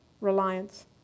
reliance